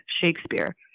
Shakespeare